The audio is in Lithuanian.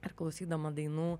ar klausydama dainų